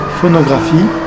phonographie